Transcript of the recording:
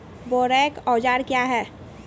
बोरेक औजार क्या हैं?